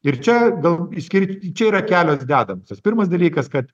ir čia gal išskir čia yra kelios dedamosios pirmas dalykas kad